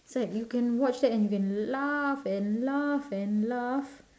it's like you can watch that and you can laugh and laugh and laugh